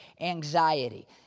anxiety